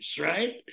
right